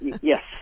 Yes